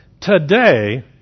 Today